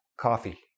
coffee